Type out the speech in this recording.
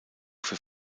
für